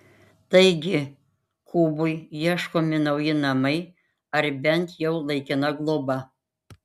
taigi kubui ieškomi nauji namai ar bent jau laikina globa